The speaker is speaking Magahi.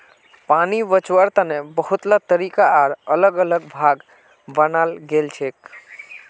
पानी बचवार तने बहुतला तरीका आर अलग अलग भाग बनाल गेल छे